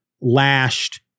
lashed